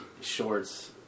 shorts